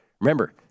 remember